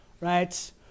right